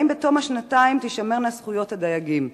3. האם בתום השנתיים תישמרנה זכויות הדייגים?